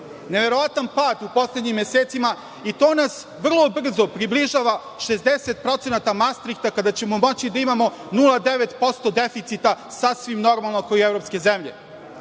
Neverovatan pad u poslednjim mesecima i to nas vrlo brzo približava 60% Mastrihta kada ćemo moći da imamo 0,9% deficita sasvim normalno kao i evropske zemlje. Kada